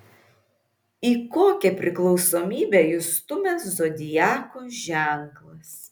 į kokią priklausomybę jus stumia zodiako ženklas